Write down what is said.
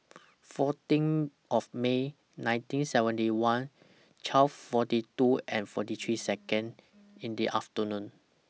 fourteen of May nineteen seventy one twelve forty two and forty three Second in The afternoon